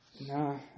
No